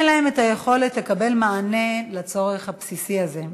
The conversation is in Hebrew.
אין להם את היכולת לקבל מענה לצורך הבסיסי הזה.